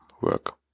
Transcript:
work